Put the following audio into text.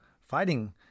Fighting